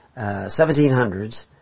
1700s